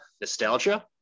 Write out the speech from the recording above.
nostalgia